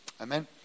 amen